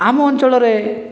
ଆମ ଅଞ୍ଚଳରେ